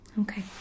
Okay